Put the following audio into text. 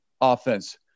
offense